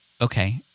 okay